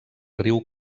riu